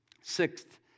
Sixth